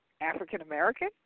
African-American